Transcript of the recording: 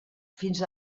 fins